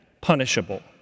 punishable